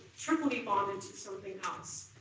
triply bonded to something else.